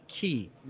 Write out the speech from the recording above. key